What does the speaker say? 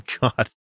god